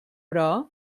però